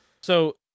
So-